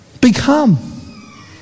become